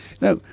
now